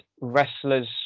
wrestlers